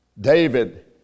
David